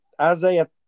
Isaiah